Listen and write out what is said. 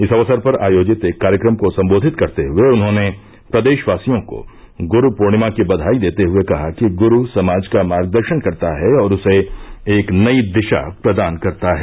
इस अवसर पर आयोजित एक कार्यक्रम को सम्बोधित करते हुये उन्होंने प्रदेषवासियों को गुरू पूर्णिमा की बधाई देते हये कहा कि गुरू समाज का मार्गदर्षन करता है और उसे एक नयी दिषा प्रदान करता है